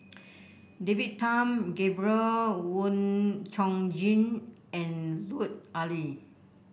David Tham Gabriel Oon Chong Jin and Lut Ali